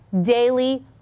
daily